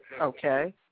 Okay